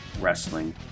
Wrestling